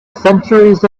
centuries